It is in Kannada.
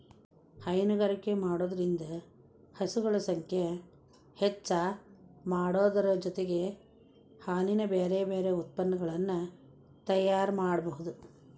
ಹೈನುಗಾರಿಕೆ ಮಾಡೋದ್ರಿಂದ ಹಸುಗಳ ಸಂಖ್ಯೆ ಹೆಚ್ಚಾಮಾಡೋದರ ಜೊತೆಗೆ ಹಾಲಿನ ಬ್ಯಾರಬ್ಯಾರೇ ಉತ್ಪನಗಳನ್ನ ತಯಾರ್ ಮಾಡ್ಬಹುದು